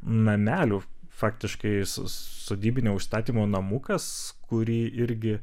namelių faktiškai su sodybinio užstatymo namukas kurį irgi